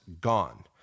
gone